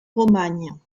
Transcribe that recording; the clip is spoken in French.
romagne